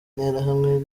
interahamwe